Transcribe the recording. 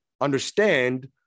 understand